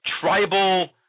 tribal –